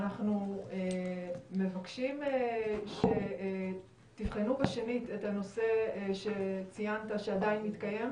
אנחנו מבקשים שתבחנו בשנית את הנושא שציינת שעדיין מתקיים.